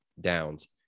downs